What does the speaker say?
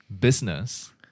business